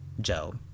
Joe